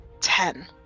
ten